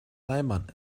reimann